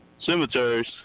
cemeteries